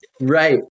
Right